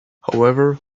however